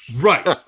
Right